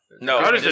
No